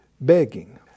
begging